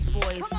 boys